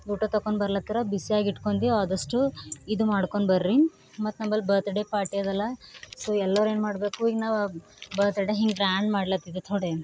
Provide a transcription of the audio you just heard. ಊಟ ತಕೊಂಬರ್ಲತ್ತರ ಬಿಸ್ಯಾಗಿ ಇಟ್ಕೊಂಡಿ ಆದಸ್ಟು ಇದು ಮಾಡ್ಕೊಂಡ್ ಬರ್ರಿ ಮತ್ತು ನಮ್ಮಲ್ಲಿ ಬರ್ತ್ಡೇ ಪಾರ್ಟಿ ಅದಲ್ಲ ಸೊ ಎಲ್ಲರೂ ಏನು ಮಾಡಬೇಕು ಈಗ ನಾವು ಬರ್ತ್ಡೇ ಹಿಂಗೆ ಗ್ರ್ಯಾಂಡ್ ಮಾಡ್ಲತ್ತಿದೆ ಥೊಡೆ